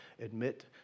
admit